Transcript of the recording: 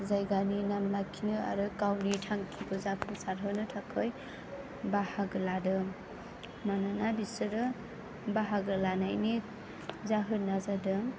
जायगानि नाम लाखिनो आरो गावनि थांखिखौ जाफुंसारहोनो थाखाय बाहागो लादों मानोना बिसोरो बाहागो लानायनि जाहोना जादों